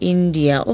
India